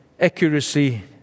accuracy